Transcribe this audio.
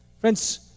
Friends